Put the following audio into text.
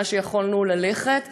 ומה שיכולנו ללכת אליו,